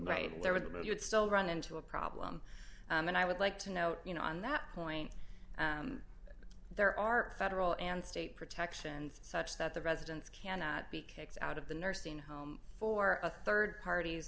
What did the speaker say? right there with you would still run into a problem and i would like to note you know on that point there are federal and state protections such that the residents cannot be kicked out of the nursing home for a rd part